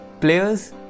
players